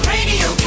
Radio